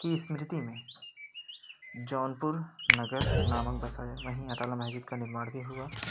की स्मृति में जौनपुर नगर नामक बसाया वही अटाला मस्जिद का निर्माण भी हुआ